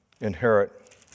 inherit